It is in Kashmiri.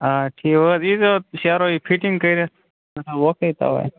آ ٹھیٖک وۅنۍ حظ ییٖزیٚو شیرو یہِ فِٹِنٛگ کٔرِتھ نہَ نہَ او کے تھاوہوے